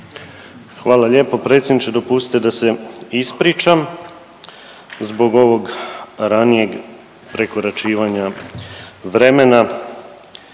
Hvala lijepo predsjedniče. Dopustite da se ispričam zbog ovog ranije prekoračivanja vremena.